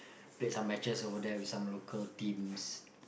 play some matches over there with some local teams